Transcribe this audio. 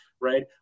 right